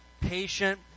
Patient